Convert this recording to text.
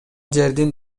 жердин